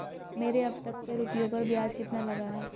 मेरे अब तक के रुपयों पर ब्याज कितना लगा है?